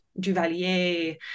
Duvalier